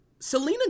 Selena